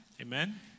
Amen